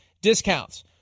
discounts